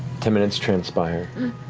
ten minutes transpire,